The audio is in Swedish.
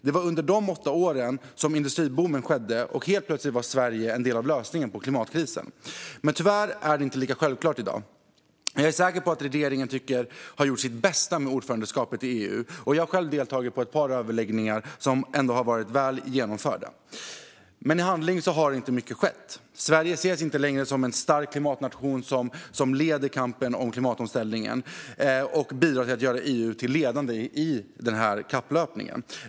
Det var under de åtta åren som industriboomen skedde, och helt plötsligt var Sverige en del av lösningen på klimatkrisen. Men tyvärr är det inte lika självklart i dag. Jag är säker på att regeringen tycker sig ha gjort sitt bästa med ordförandeskapet i EU, och jag har själv deltagit i ett par överläggningar som har varit väl genomförda. Men i handling har inte mycket skett. Sverige ses inte längre som en stark klimatnation som leder kampen i klimatomställnigen och bidrar till att göra EU ledande i kapplöpningen.